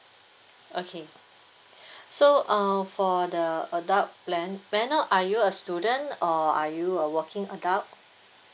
okay so uh for the adult plan may I know are you a student or are you a working adult